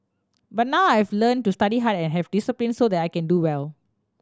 but now I've learnt to study hard and have discipline so that I can do well